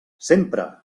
sempre